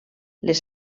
les